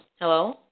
Hello